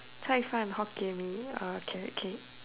Cai fan Hokkien Mee uh carrot cake